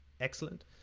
excellent